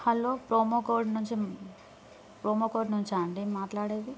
hello promo code నుంచి promo code నుంచా అండి మాట్లాడేది